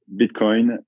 Bitcoin